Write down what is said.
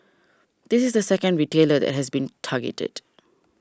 this is the second retailer that has been targeted